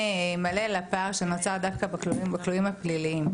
מלא לפער שנוצר דווקא בכלואים הפליליים.